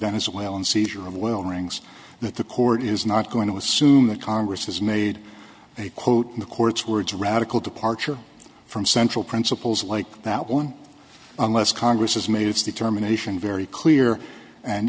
venezuelan seizure of oil rings that the court is not going to assume that congress has made a quote in the court's words a radical departure from central principles like that one unless congress has made its determination very clear and